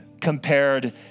compared